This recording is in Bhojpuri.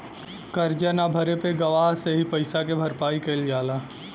करजा न भरे पे गवाह से ही पइसा के भरपाई कईल जाला